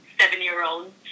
seven-year-old